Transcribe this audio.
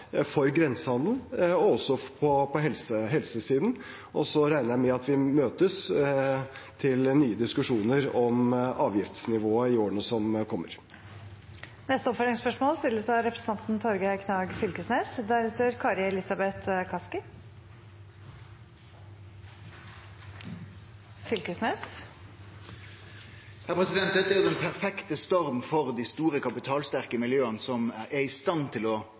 for grensehandelen, og også på helsesiden, og så regner jeg med at vi møtes til nye diskusjoner om avgiftsnivået i årene som kommer. Torgeir Knag Fylkesnes – til oppfølgingsspørsmål. Dette er den perfekte stormen for dei store kapitalsterke miljøa som er i stand til å